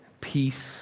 peace